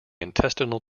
intestinal